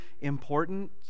important